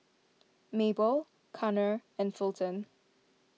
Mabel Connor and Fulton